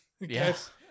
Yes